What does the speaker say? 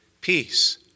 peace